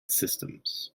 systems